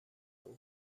اون